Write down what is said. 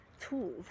tools